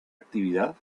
actividad